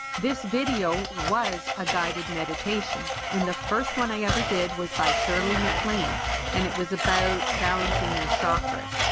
this video was a guided meditation and the first one i ever did was by shirley maclaine and it was about balancing balancing the chakras.